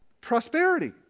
prosperity